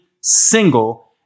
single